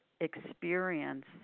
experience